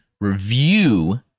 review